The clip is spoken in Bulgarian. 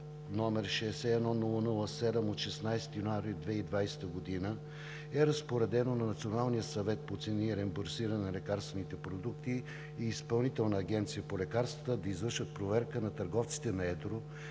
№ 61-00-7 от 16 януари 2020 г. е разпоредено на Националния съвет по цени и реимбурсиране на лекарствените продукти и Изпълнителната агенция по лекарствата да извършат проверка на търговците на едро,